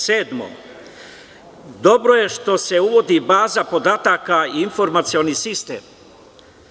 Sedmo, dobro je što se uvodi baza podataka i informacioni sistem.